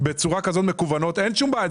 מקוונות בצורה כזאת אין שום בעיה.